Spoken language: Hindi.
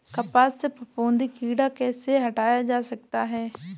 कपास से फफूंदी कीड़ा कैसे हटाया जा सकता है?